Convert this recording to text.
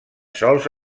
sols